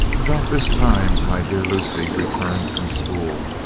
about this time my dear lucy returned from school,